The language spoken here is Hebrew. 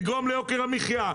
לגרום ליוקר מחיה.